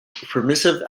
permissive